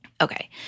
Okay